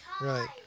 right